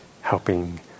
helping